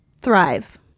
thrive